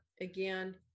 again